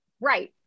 Right